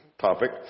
topic